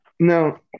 No